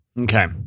Okay